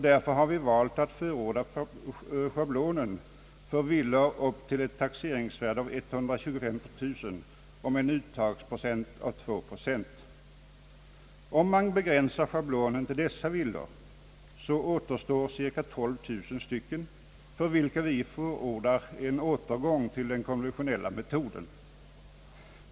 Därför har vi valt att förorda schablonen för villor upp till ett taxeringsvärde av 125 000 kronor och ett tvåprocentigt uttag till inkomstbeskattning. Om man begränsar schablonen till dessa villor, återstår cirka 12 000 villor för vilka vi förordar en återgång till den konventionella metoden.